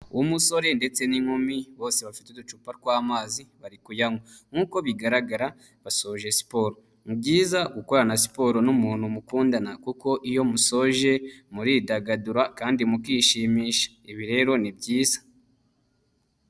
Umusore ndetse n'inkumi bose bafite uducupa tw'amazi bari kuyanywa nk'uko bigaragara basoje siporo ni byiza gukorana siporo n'umuntu mukundana kuko iyo musoje muridagadura kandi mukishimisha ibi rero ni byiza.